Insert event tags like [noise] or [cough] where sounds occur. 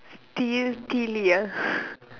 titila [breath]